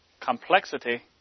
complexity